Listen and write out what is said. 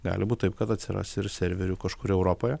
gali būt taip kad atsiras ir serverių kažkur europoje